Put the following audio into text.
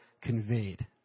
Conveyed